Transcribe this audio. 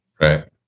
Right